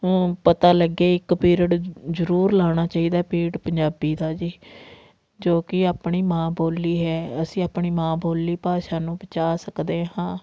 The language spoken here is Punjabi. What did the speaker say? ਨੂੰ ਪਤਾ ਲੱਗੇ ਇੱਕ ਪੀਰੀਅਡ ਜ਼ਰੂਰ ਲਗਾਉਣਾ ਚਾਹੀਦਾ ਪੀਡ ਪੰਜਾਬੀ ਦਾ ਜੀ ਜੋ ਕਿ ਆਪਣੀ ਮਾਂ ਬੋਲੀ ਹੈ ਅਸੀਂ ਆਪਣੀ ਮਾਂ ਬੋਲੀ ਭਾਸ਼ਾ ਨੂੰ ਬਚਾ ਸਕਦੇ ਹਾਂ